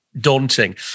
daunting